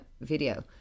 video